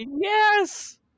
Yes